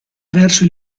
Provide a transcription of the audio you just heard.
verso